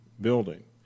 building